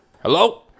Hello